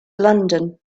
london